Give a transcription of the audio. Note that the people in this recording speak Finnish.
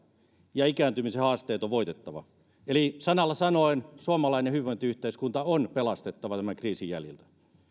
ja ikääntymisen haasteet on voitettava eli sanalla sanoen suomalainen hyvinvointiyhteiskunta on pelastettava tämä kriisin jäljiltä